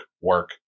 work